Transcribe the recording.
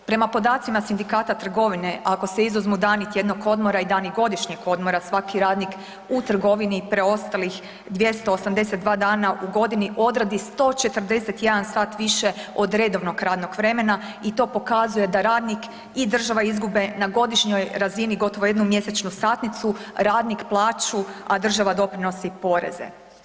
Prema podacima Sindikata trgovine ako se izuzmu dani tjednog odmora i dani godišnjeg odmora, svaki radnik u trgovini preostalih 282 dana u godini odradi 141 sat više od redovnog radnog vremena i to pokazuje da radnik i država izgube na godišnjoj razini gotovo jednu mjesečnu satnicu, radnik plaću, a država doprinose i poreze.